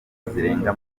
zirenga